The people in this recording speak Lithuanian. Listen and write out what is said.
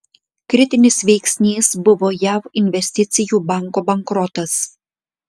kritinis veiksnys buvo jav investicijų banko bankrotas